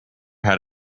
had